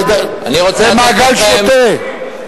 זה מעגל שוטה.